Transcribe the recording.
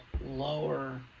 lower